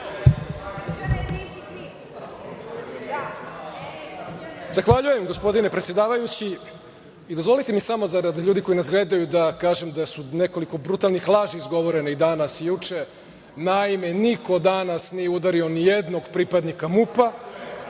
Zahvaljujem, gospodine predsedavajući. Dozvolite mi samo zarad ljudi koji nas gledaju da kažem da su nekoliko brutalnih laži izgovorene danas i juče. Naime, niko danas nije udario ni jednog pripadnika MUP-a,